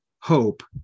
hope